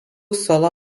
solo